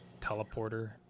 teleporter